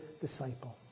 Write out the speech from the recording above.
disciples